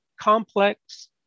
complex